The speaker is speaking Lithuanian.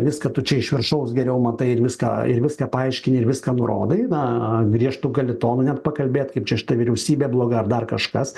viską tu čia iš viršaus geriau matai ir viską ir viską paaiškini ir viską nurodai na griežtu gali tonu net pakalbėt kaip čia šita vyriausybė bloga ar dar kažkas